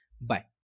Bye